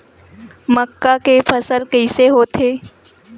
मक्का के फसल कइसे होथे?